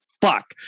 fuck